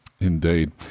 Indeed